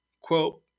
quote